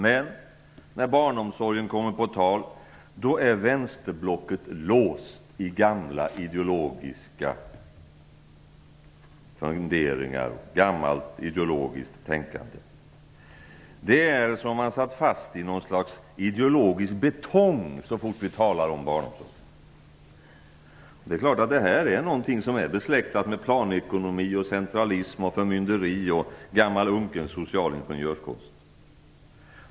Men när barnomsorgen kommer på tal, då är vänsterblocket låst i gamla ideologiska funderingar och gammalt ideologiskt tänkande. Det är som om man satt fast i något slags ideologisk betong så fort vi talar om barnomsorgen. Det här är naturligtvis någonting som är besläktat med planekonomi, centralism och förmynderi, gammal unken social ingenjörskonst.